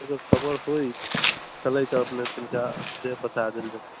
अगर खबर होइ चलै तऽ अपनेके कनिटा देब बता देल जेतै